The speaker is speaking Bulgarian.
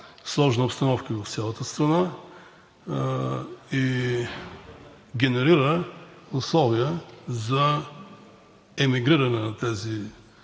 сложна обстановка в цялата страна и генерира условия за емигриране на тези